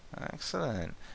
Excellent